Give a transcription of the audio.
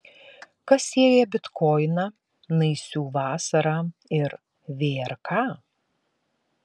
kas sieja bitkoiną naisių vasarą ir vrk